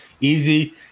easy